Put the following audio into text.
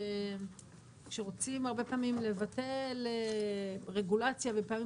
כשרוצים הרבה פעמים לבטל רגולציה ופעמים